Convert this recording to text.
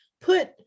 put